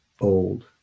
old